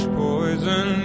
poison